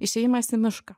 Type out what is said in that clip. išėjimas į mišką